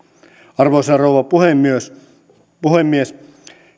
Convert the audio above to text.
arvoisa rouva puhemies myös puhemies